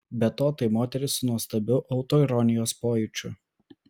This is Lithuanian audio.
be to tai moteris su nuostabiu autoironijos pojūčiu